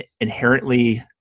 inherently